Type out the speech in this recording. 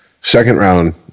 second-round